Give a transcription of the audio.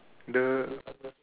the